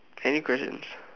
any questions